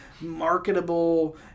marketable